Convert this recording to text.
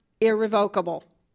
irrevocable